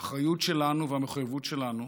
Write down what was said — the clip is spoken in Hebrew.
האחריות שלנו והמחויבות שלנו